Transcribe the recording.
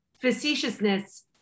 facetiousness